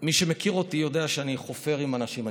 מי שמכיר אותי יודע שאני חופר עם אנשים.